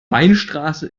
weinstraße